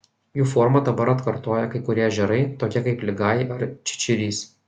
jų formą dabar atkartoja kai kurie ežerai tokie kaip ligajai ar čičirys